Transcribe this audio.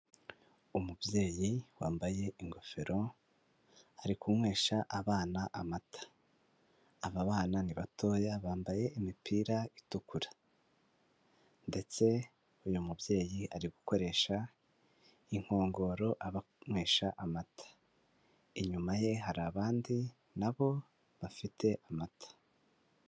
Umubyeyi wambaye ingofero arikunywesha abana amata. Aba bana ni batoya bambaye imipira itukura. Ndetse uyu mubyeyi ari gukoresha inkongoro abanywesha amata. Inyuma ye hari abandi na bo bafite amata.